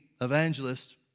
evangelist